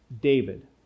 David